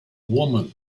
woman